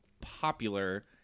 popular